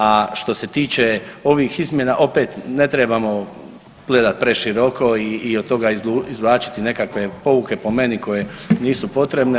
A što se tiče ovih izmjena opet ne trebamo gledati preširoko i od toga izvlačiti nekakve pouke po meni koje nisu potrebne.